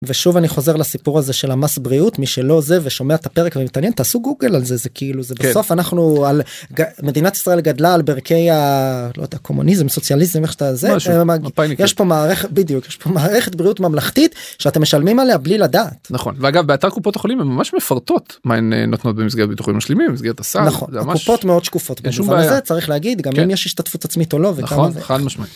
ושוב אני חוזר לסיפור הזה של המס בריאות מי שלא עוזב ושומע את הפרק ומתעניין תעשו גוגל על זה זה כאילו זה בסוף אנחנו על מדינת ישראל גדלה על ברכי הקומוניזם סוציאליזם איך שאתה זה יש פה מערכת בדיוק יש פה מערכת בריאות ממלכתית שאתם משלמים עליה בלי לדעת נכון ואגב באתר קופות החולים הן ממש מפרטות מהן נותנות במסגרת ביטוחים משלימים, במסגרת הסל, נכון, הקופות מאוד שקופות אין שום בעיה, וזה צריך להגיד גם אם יש השתתפות עצמית או לא... נכון וחד משמעית